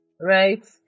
right